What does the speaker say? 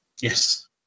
Yes